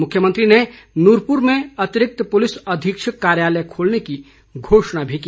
मुख्यमंत्री ने नुरपूर में अतिरिक्त पुलिस अधीक्षक कार्यालय खोलने की घोषणा की